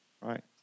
Right